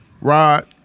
Rod